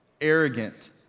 arrogant